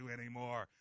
anymore